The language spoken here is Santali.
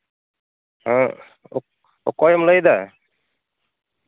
ᱦᱮᱸ ᱚᱠᱚᱭᱮᱢ ᱞᱟᱹᱭ ᱮᱫᱟ